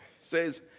says